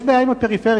יש בעיה עם הפריפריה,